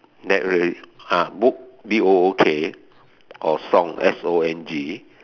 that really ah book B O O K or song S O N G